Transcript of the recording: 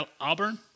Auburn